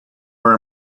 were